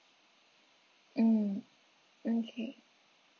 mm okay